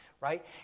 right